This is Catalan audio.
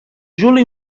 juli